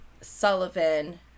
Sullivan